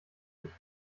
nicht